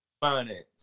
Finance